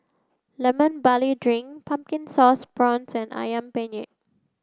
Lemon Barley Drink Pumpkin Sauce Prawns and Ayam Penyet